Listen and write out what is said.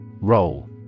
Roll